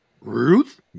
ruth